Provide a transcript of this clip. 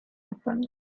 happened